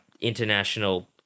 international